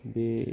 बे